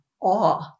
awe